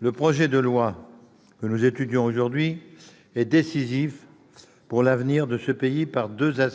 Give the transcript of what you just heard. Le projet de loi que nous étudions aujourd'hui est, par deux aspects, décisif pour l'avenir de ce pays. En premier